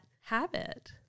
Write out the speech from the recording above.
habit